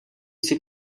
she